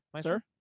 Sir